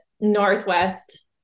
Northwest